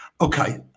Okay